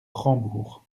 rambourg